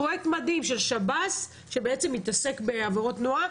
זהו פרויקט מדהים של שב"ס שמתעסק בעבירות תנועה.